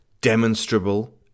demonstrable